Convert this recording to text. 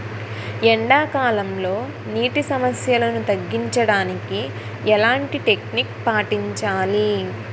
ఎండా కాలంలో, నీటి సమస్యలను తగ్గించడానికి ఎలాంటి టెక్నిక్ పాటించాలి?